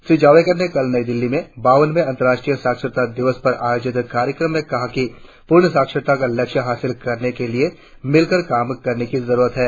श्री जावड़ेकर ने कल नई दिल्ली में बावन वें अंतराष्ट्रीय साक्षरता दिवस पर आयोजित कार्यक्रम में कहा कि पूर्ण साक्षरता का लक्ष्य हासिल करने के लिए मिलकर काम करने की जरुरत है